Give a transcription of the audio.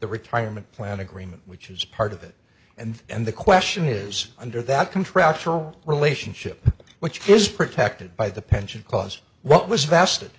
the retirement plan agreement which is part of it and then the question is under that contractual relationship which is protected by the pension cause what was fast it